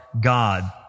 God